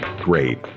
great